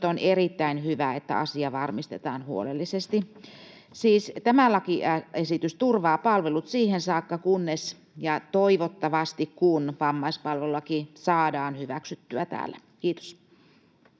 on erittäin hyvä, että asia varmistetaan huolellisesti. Siis tämä lakiesitys turvaa palvelut siihen saakka, kunnes — ja toivottavasti kun — vammaispalvelulaki saadaan hyväksyttyä täällä. — Kiitos.